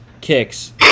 kicks